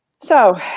so